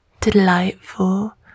delightful